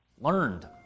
Learned